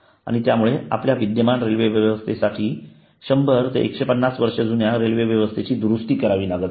आणि त्यामुळेच आपल्या विद्यमान रेल्वे व्यवस्थेसाठी 100 ते 150 वर्षे जुन्या रेल्वे व्यवस्थेची दुरुस्ती करावी लागत आहे